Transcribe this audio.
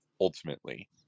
Ultimately